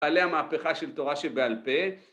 בעלי המהפכה של תורה שבעל פה.